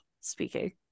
speaking